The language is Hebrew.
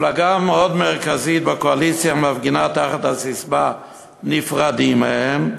מפלגה מאוד מרכזית בקואליציה מפגינה תחת הססמה "נפרדים מהם",